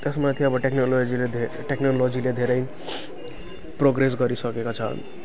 त्यसमाथि अब टेक्नोलजीले धेरै टेक्नोलजीले धेरै प्रोग्रेस गरिसकेको छ